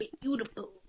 Beautiful